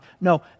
No